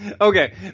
Okay